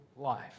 life